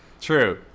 true